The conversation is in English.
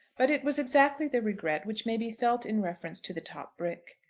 but it was exactly the regret which may be felt in reference to the top brick.